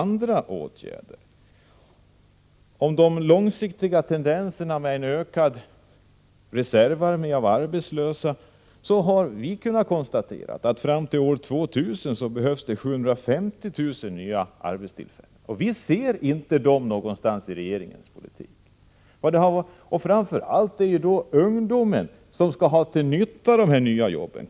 När det gäller de långsiktiga tendenserna med en ökad reservarmé av arbetslösa har vi kunnat konstatera att fram till år 2000 behövs det 750 000 nya arbetstillfällen. Vi ser inte dem någonstans i regeringens politik. Framför allt är det ju ungdomen som skall dra nytta av de nya jobben.